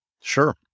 Sure